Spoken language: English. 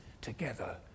together